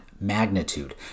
magnitude